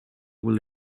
will